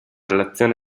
relazione